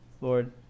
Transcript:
Lord